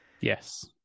Yes